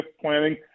planning